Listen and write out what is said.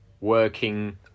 working